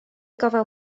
gofal